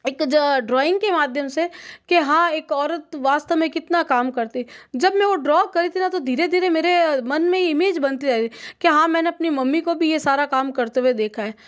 एक ड्रॉइंग के माध्यम से कि हाँ एक औरत वास्तव में कितना काम करती है जब मैं वह ड्रॉ कर रही थी न तो धीरे धीरे मेरे मन में इमेज बनती जा रही थी कि हाँ मैंने अपनी मम्मी को भी यह सारा काम करते हुए देखा है